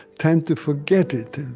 tend to forget it.